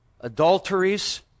adulteries